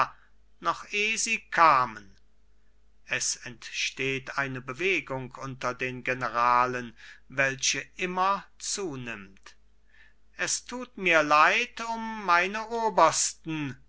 noch eh sie kamen es entsteht eine bewegung unter den generalen welche immer zunimmt es tut mir leid um meine obersten